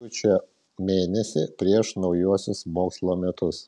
rugpjūčio mėnesį prieš naujuosius mokslo metus